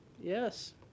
yes